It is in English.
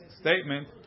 statement